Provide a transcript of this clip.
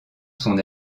son